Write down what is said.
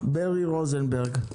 ברי רוזנברג.